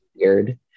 weird